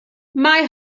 mae